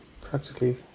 practically